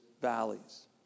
valleys